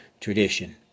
tradition